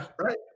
Right